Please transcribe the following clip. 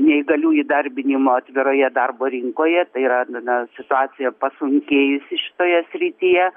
neįgalių įdarbinimo atviroje darbo rinkoje tai yra na situacija pasunkėjusi šitoje srityje